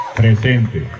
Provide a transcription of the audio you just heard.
presente